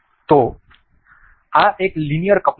તેથી આ એક લિનિયર કપલર છે